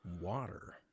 water